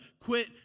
quit